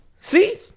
see